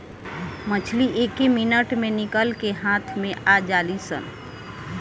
मछली एके मिनट मे निकल के हाथ मे आ जालीसन